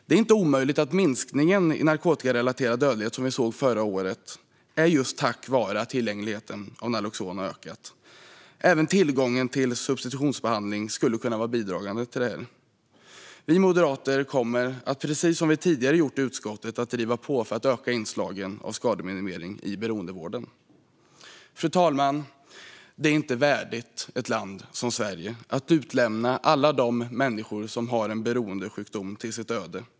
Det är inte omöjligt att den narkotikarelaterade dödligheten minskade förra året just tack vare att tillgängligheten till Naloxon har ökat. Även tillgången till substitutionsbehandling skulle kunna vara bidragande. Vi moderater kommer, precis som tidigare, att fortsätta driva på i utskottet för att inslagen av skademinimering i beroendevården ska öka. Fru talman! Det är inte värdigt ett land som Sverige att utlämna alla de människor som har en beroendesjukdom till deras öde.